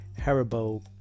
Haribo